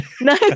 No